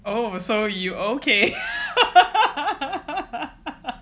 oh so you okay